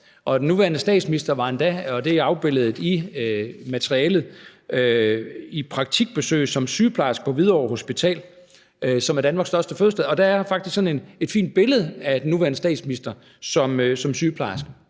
Den nuværende statsminister var endda, og det er afbildet i materialet, praktik som sygeplejerske på Hvidovre Hospital, som er Danmarks største fødested, og der er faktisk sådan et fint billede af den nuværende statsminister som sygeplejerskeelev